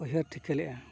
ᱩᱭᱦᱟᱹᱨ ᱴᱷᱤᱠᱟᱹᱞᱮᱫᱟ